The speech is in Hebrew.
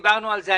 דיברנו על זה.